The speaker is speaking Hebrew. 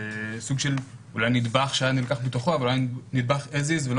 זה אולי נדבך שהיה נלקח מתוכו אבל היה נדבך כזה ולא